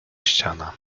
ściana